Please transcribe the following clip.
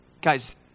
Guys